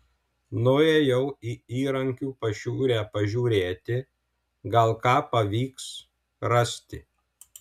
nuėjau į įrankių pašiūrę pažiūrėti gal ką pavyks rasti